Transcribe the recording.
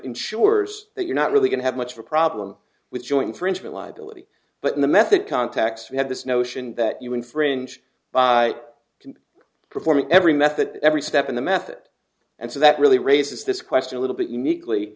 ensures that you're not really going to have much of a problem with joint french reliability but in the method context we have this notion that you infringed by performing every method every step in the method and so that really raises this question a little bit uniquely